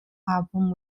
album